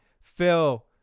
phil